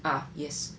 ah yes